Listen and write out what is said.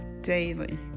Daily